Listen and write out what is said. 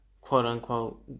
quote-unquote